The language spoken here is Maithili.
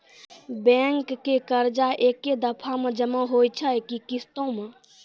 बैंक के कर्जा ऐकै दफ़ा मे जमा होय छै कि किस्तो मे?